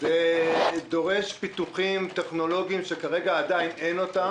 זה דורש פיתוחים טכנולוגיים שכרגע עדיין אין אותם.